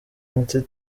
ati